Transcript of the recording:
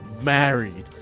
married